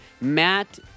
Matt